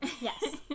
Yes